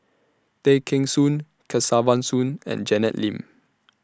Tay Kheng Soon Kesavan Soon and Janet Lim